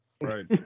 right